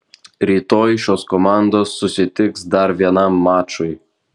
rytoj šios komandos susitiks dar vienam mačui